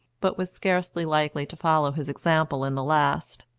but was scarcely likely to follow his example in the last.